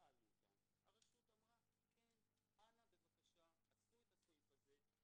שאין להם הזכות להחריג את עצמם מההוראות הצרכניות.